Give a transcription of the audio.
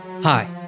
Hi